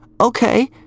Okay